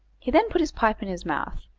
he then put his pipe in his mouth,